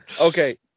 Okay